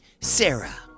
Sarah